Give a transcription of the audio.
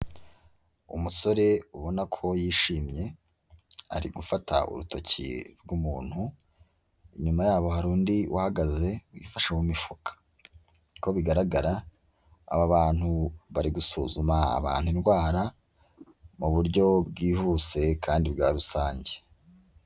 Umusore ubona ko yishimye, ari gufata urutoki rw'umuntu, inyuma yabo hari undi uhagaze wifashe mu mifuka. Ubona ko bigaragara aba bantu bari gusuzuma abantu indwara mu buryo bwihuse kandi bwa rusange.